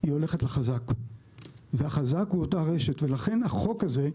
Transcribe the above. היא הולכת לחזק והחזק הוא אותה רשת ולכן החוק הזה,